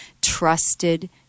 trusted